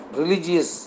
religious